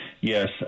Yes